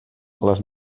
les